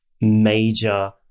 major